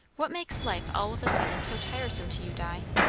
what makes life all of a sudden so tiresome to you, di?